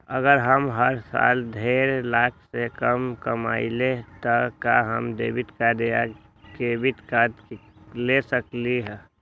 अगर हम हर साल डेढ़ लाख से कम कमावईले त का हम डेबिट कार्ड या क्रेडिट कार्ड ले सकली ह?